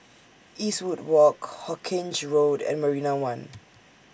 Eastwood Walk Hawkinge Road and Marina one